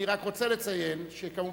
אני רוצה לציין שאנחנו,